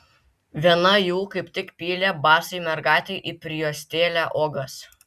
viena jų kaip tik pylė basai mergaitei į prijuostėlę uogas